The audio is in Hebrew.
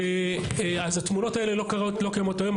אז התמונות האלה לא קיימות היום.